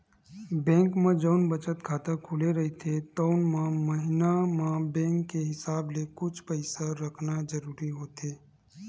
bank म जउन बचत खाता खुले रहिथे तउन म महिना म बेंक के हिसाब ले कुछ पइसा रखना जरूरी होथे